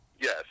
Yes